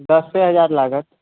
दसे हजार लागत